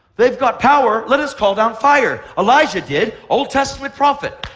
they've got power. let us call down fire. elijah did. old testament prophet.